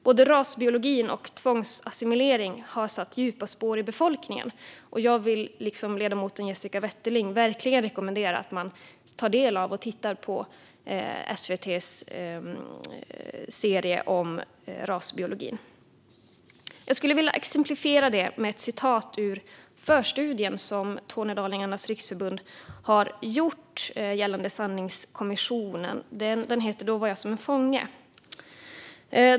Både rasbiologin och tvångsassimileringen har satt djupa spår i befolkningen, och jag vill precis som ledamoten Jessica Wetterling verkligen rekommendera att man tar del av och tittar på SVT:s serie om rasbiologin. Jag skulle vilja exemplifiera detta med ett citat ur den förstudie som Svenska Tornedalingars Riksförbund har gjort gällande sanningskommissionen. Den heter "Då var jag som en fånge ."